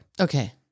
Okay